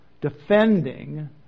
Defending